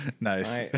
Nice